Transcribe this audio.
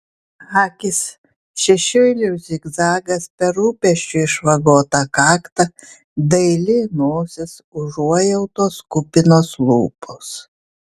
akys šešėlių zigzagas per rūpesčių išvagotą kaktą daili nosis užuojautos kupinos lūpos